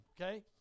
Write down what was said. okay